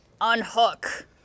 unhook